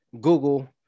Google